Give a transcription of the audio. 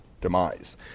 demise